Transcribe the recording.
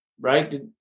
right